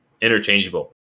interchangeable